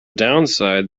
downside